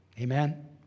Amen